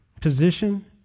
position